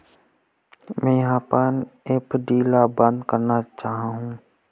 मेंहा अपन एफ.डी ला बंद करना चाहहु